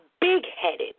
big-headed